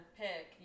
pick